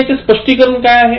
याचे स्पष्टीकरण काय आहे